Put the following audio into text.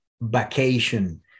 vacation